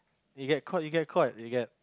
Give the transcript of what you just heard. you get caught you get caught you get